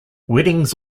weddings